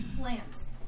plants